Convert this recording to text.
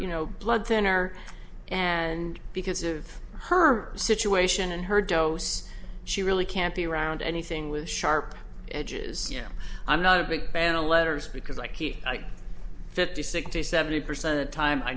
you know blood thinner and because of her situation and her dose she really can't be around anything with sharp edges yeah i'm not a big band of letters because like fifty sixty seventy percent of the time i